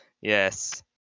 yes